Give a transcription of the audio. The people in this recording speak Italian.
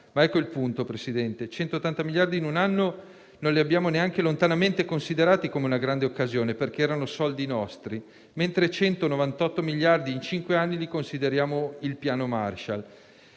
ma ecco il punto: 180 miliardi in un anno non li abbiamo neanche lontanamente considerati come una grande occasione, perché erano soldi nostri, mentre 198 miliardi in cinque anni li consideriamo il piano Marshall.